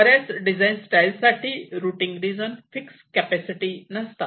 बऱ्याच design style साठी routing region fix capacity नसतात